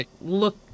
look